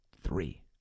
three